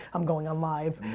i'm going on live.